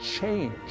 change